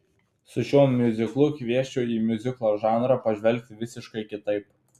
su šiuo miuziklu kviesčiau į miuziklo žanrą pažvelgti visiškai kitaip